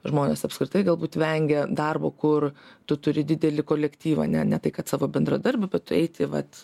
žmonės apskritai galbūt vengia darbo kur tu turi didelį kolektyvą ne ne tai kad savo bendradarbių bet tu eiti vat